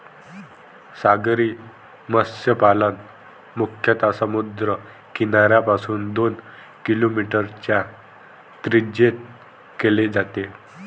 सागरी मत्स्यपालन मुख्यतः समुद्र किनाऱ्यापासून दोन किलोमीटरच्या त्रिज्येत केले जाते